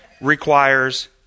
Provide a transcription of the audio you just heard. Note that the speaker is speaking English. requires